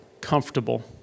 comfortable